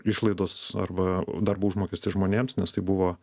išlaidos arba darbo užmokestis žmonėms nes tai buvo